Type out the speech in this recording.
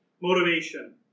motivation